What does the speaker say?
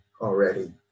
already